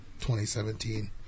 2017